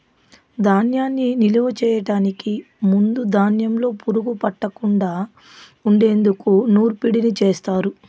ధాన్యాన్ని నిలువ చేయటానికి ముందు ధాన్యంలో పురుగు పట్టకుండా ఉండేందుకు నూర్పిడిని చేస్తారు